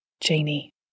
Janie